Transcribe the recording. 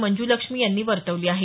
मंजुलक्ष्मी यांनी वर्तवली आहे